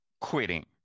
quitting